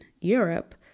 Europe